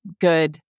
good